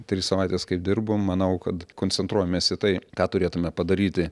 tris savaites kaip dirbu manau kad koncentruojamės į tai ką turėtume padaryti